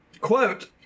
quote